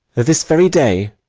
this very day,